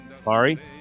Sorry